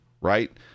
right